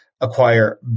acquire